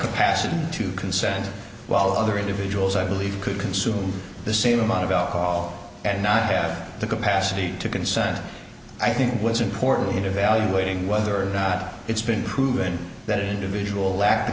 capacity to consent while other individuals i believe could consume the same amount of alcohol and not have the capacity to consent i think what's important in evaluating whether or not it's been proven that individual lack